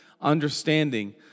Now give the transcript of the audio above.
understanding